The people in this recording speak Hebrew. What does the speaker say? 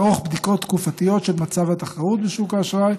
לערוך בדיקות תקופתיות של מצב התחרות בשוק האשראי